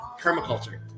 permaculture